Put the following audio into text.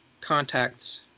contacts